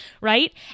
right